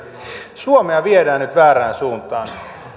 suomea viedään nyt väärään suuntaan